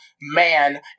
man